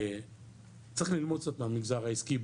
צריך ללמוד קצת מהמגזר העסקי,